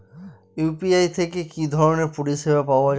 UPI থেকে কি ধরণের পরিষেবা পাওয়া য়ায়?